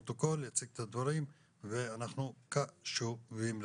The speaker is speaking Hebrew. לפרוטוקול, יציג את הדברים ואנחנו קשובים לכם.